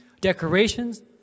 decorations